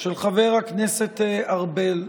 של חבר הכנסת ארבל.